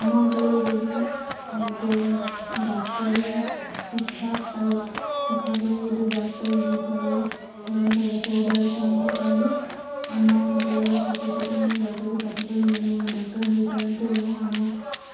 ଆମ ଅଞ୍ଚଳରେ ଯଦି ଗୋଟେ ଡ଼ାକ୍ଟରୀ ଶିକ୍ଷା ପାଇ ଶିକ୍ଷା ପାଇଁ ଗୋଟେ ଡ଼ାକ୍ଟରୀ ବିଦ୍ୟାଳୟ ଖୋଲନ୍ତା ବିଶ୍ୱବିଦ୍ୟାଳୟ ଖୋଲନ୍ତା ତାହେଲେ ଆମ ଅଞ୍ଚଳର ଛାତ୍ରଛାତ୍ରୀମାନେ ଡ଼ାକ୍ଟରୀ ପାଠ ପଢ଼ି ଜଣେ ଜଣେ ଡ଼କ୍ଟର୍ ହୋଇପାରନ୍ତେ ଏବଂ ଆମ